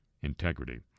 integrity